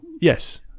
Yes